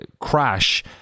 crash